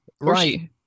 Right